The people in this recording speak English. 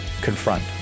confront